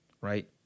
right